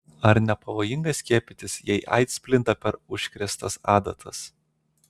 ar nepavojinga skiepytis jei aids plinta per užkrėstas adatas